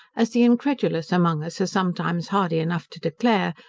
as the incredulous among us are sometimes hardy enough to declare,